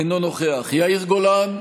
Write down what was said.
אינו נוכח יאיר גולן,